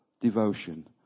devotion